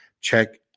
check